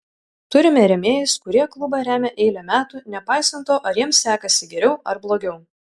turime rėmėjus kurie klubą remia eilę metų nepaisant to ar jiems sekasi geriau ar blogiau